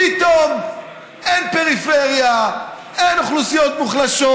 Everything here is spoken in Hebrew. פתאום אין פריפריה, אין אוכלוסיות מוחלשות,